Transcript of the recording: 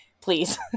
please